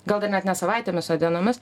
gal net ne savaitėmis o dienomis